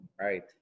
Right